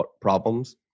problems